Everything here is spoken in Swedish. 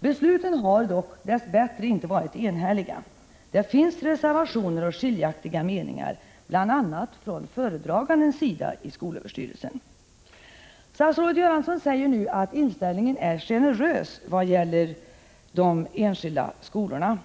Besluten har dock, dess bättre, inte varit enhälliga. Det finns reservationer och skiljaktiga meningar, bl.a. från föredraganden i SÖ. Statsrådet Göransson säger nu att inställningen är generös vad gäller de enskilda skolorna.